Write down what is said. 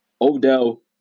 Odell